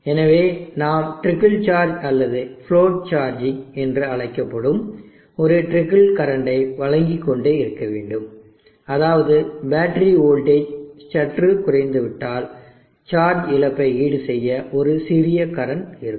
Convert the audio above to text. எனவே நாம் trickle charge அல்லது ஃப்ளோட் சார்ஜிங் என்று அழைக்கப்படும் ஒரு ட்ரிக்கிள் கரண்டை வழங்கிக் கொண்டே இருக்கவேண்டும் அதாவது பேட்டரி வோல்டேஜ் சற்று குறைந்துவிட்டால் சார்ஜ் இழப்பை ஈடுசெய்ய ஒரு சிறிய கரண்ட் இருக்கும்